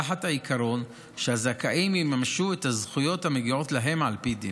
תחת העיקרון שהזכאים יממשו את הזכויות המגיעות להם על פי דין.